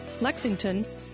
Lexington